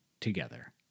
together